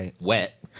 wet